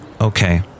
okay